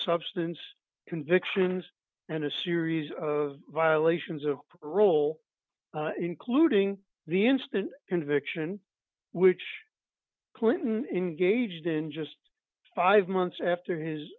substance convictions and a series of violations of parole including the instant conviction which clinton engaged in just five months after his